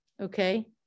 okay